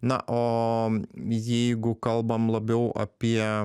na o jeigu kalbam labiau apie